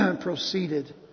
proceeded